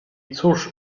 cóż